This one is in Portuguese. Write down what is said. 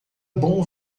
bom